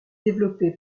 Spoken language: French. développé